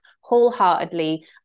wholeheartedly